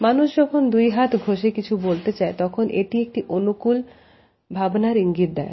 মানুষ যখন দুই হাত ঘষে কিছু বলতে চায় তখন এটি একটি অনুকূল ভাবনার ইঙ্গিত দেয়